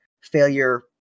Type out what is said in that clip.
failure